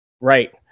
Right